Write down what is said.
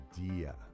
idea